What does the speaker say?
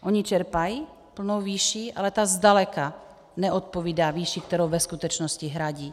Oni čerpají plnou výši, ale ta zdaleka neodpovídá výši, kterou ve skutečnosti hradí.